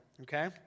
okay